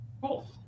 Cool